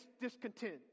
discontent